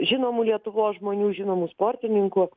žinomų lietuvos žmonių žinomų sportininkų